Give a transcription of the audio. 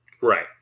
Right